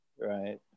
Right